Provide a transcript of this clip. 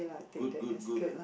good good good